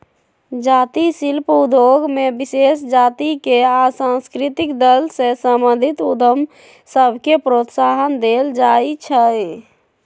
जाती शिल्प उद्योग में विशेष जातिके आ सांस्कृतिक दल से संबंधित उद्यम सभके प्रोत्साहन देल जाइ छइ